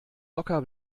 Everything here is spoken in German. locker